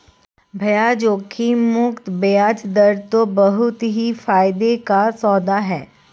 भैया जोखिम मुक्त बयाज दर तो बहुत ही फायदे का सौदा है